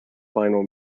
final